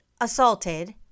assaulted